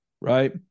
Right